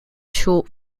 short